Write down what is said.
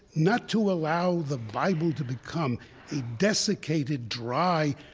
not to allow the bible to become a desiccated, dry,